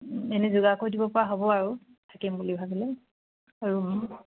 এনে যোগাৰ কৰি দিব পৰা হ'ব আৰু থাকিম বুলি ভাবিলে ৰুম